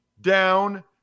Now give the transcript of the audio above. down